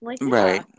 Right